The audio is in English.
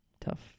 Tough